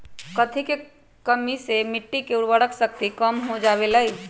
कथी के कमी से मिट्टी के उर्वरक शक्ति कम हो जावेलाई?